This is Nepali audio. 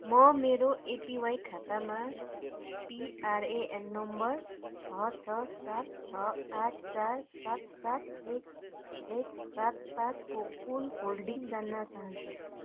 म मेरो एपिवाई खातामा पिआरएएन नम्बर छ छ सात छ आठ चार सात सात एक एक सात पाँचको कुल होल्डिङ जान्न चाहन्छु